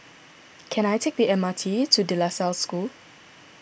can I take the M R T to De La Salle School